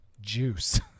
juice